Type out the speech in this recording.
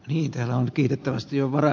niitä on kiitettävästi oma